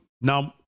Now